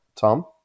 Tom